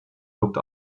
looked